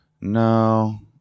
No